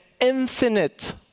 infinite